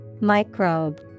Microbe